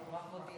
הוא רק מודיע.